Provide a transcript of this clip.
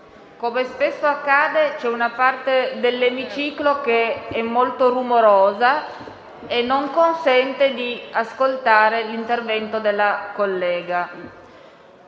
come spesso accade c'è una parte dell'emiciclo che è molto rumorosa e non consente di ascoltare l'intervento della collega.